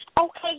Okay